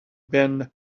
been